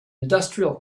industrial